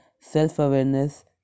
self-awareness